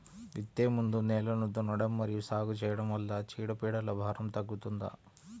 విత్తే ముందు నేలను దున్నడం మరియు సాగు చేయడం వల్ల చీడపీడల భారం తగ్గుతుందా?